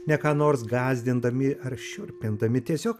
ne ką nors gąsdindami ar šiurpindami tiesiog